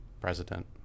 president